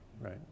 right